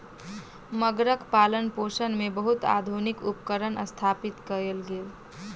मगरक पालनपोषण मे बहुत आधुनिक उपकरण स्थापित कयल गेल